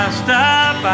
stop